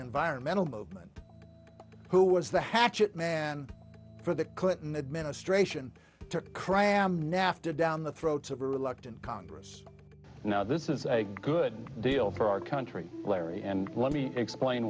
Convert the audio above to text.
environmental movement who was the hatchet man for the clinton administration to cry on nafta down the throats of a reluctant congress now this is a good deal for our country larry and let me explain